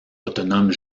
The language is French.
autonome